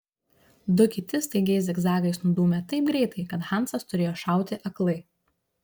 du kiti staigiais zigzagais nudūmė taip greitai kad hansas turėjo šauti aklai